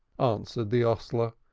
answered the hostler,